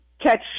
catch